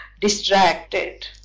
distracted